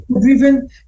driven